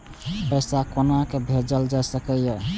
पैसा कोना भैजल जाय सके ये